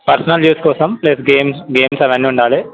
personal use కోసం plus games games అవన్నీ ఉండాలి